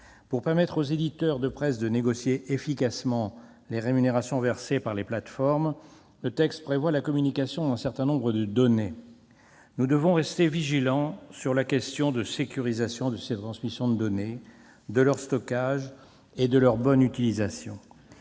Pour permettre aux éditeurs de presse de négocier efficacement les rémunérations versées par les plateformes, le texte prévoit la communication d'un certain nombre de données. Nous devons rester vigilants sur la question de la sécurisation de ces transmissions de données, de leur stockage et de leur bonne utilisation.